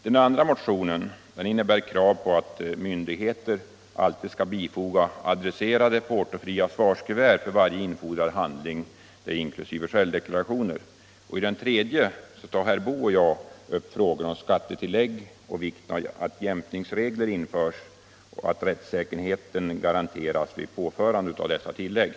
Den andra motionen innebär krav på att myndigheter alltid skall bifoga adresserade, portofria svarskuvert med varje infordrad handling, inkl. självdeklarationen. I den tredje motionen tar herr Boo och jag upp frågor om skattetillägg och vikten av att jämkningsregler införs och att rättssäkerheten garanteras vid påförande av dessa tillägg.